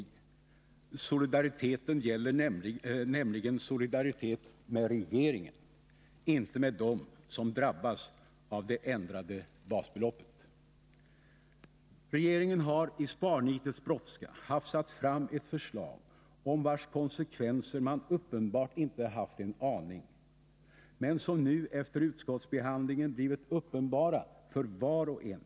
Solidariteten gäller nämligen solidaritet med regeringen, inte med dem som drabbas av det ändrade basbeloppet. Regeringen har i sparnitets brådska hafsat fram ett förslag om vars konsekvenser man uppenbarligen inte haft en aning, men som nu efter utskottsbehandlingen blivit uppenbara för var och en.